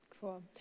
cool